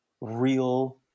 real